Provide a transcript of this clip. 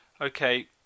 okay